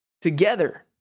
together